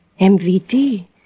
MVD